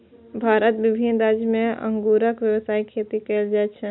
भारतक विभिन्न राज्य मे अंगूरक व्यावसायिक खेती कैल जाइ छै